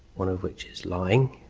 one of which is lying